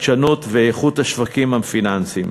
החדשנות ואיכות השווקים הפיננסיים,